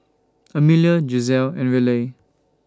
Amelia Giselle and Raleigh